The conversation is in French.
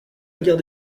guerre